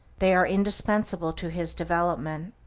they are indispensable to his development.